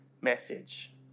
message